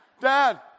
Dad